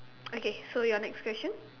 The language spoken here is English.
okay so your next question